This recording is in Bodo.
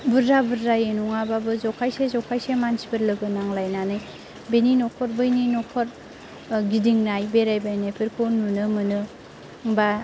बुरजा बुरजायै नङाबाबो जखायसे जखायसे मानसिफोर लोगो जालायनानै बेनि न'खर बैनि न'खर गिदिंनाय बेरायलायनायफोरखौ नुनो मोनो एबा